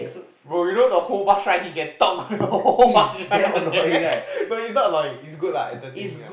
bro you know the whole bus ride he can talk you know the whole bus ride [one] eh no it's not annoying it's good lah entertaining lah